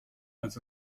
als